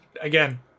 again